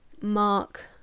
mark